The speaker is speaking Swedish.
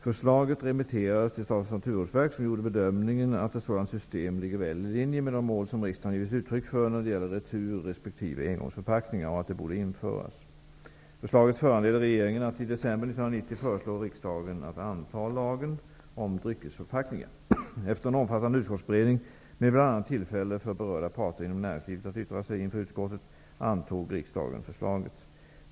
Förslaget remitterades till Statens naturvårdsverk, som gjorde bedömningen att ett sådant system ligger väl i linje med de mål som riksdagen givit uttryck för när det gäller retur resp. engångsförpackningar och att det borde införas. Förslaget föranledde regeringen att i december 1990 föreslå riksdagen att anta lagen om dryckesförpackningar. Efter en omfattande utskottsberedning med bl.a. tillfälle för berörda parter inom näringslivet att yttra sig inför utskottet, antog riksdagen förslaget.